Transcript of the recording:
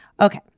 Okay